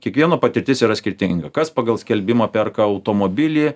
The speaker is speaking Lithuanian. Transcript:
kiekvieno patirtis yra skirtinga kas pagal skelbimą perka automobilį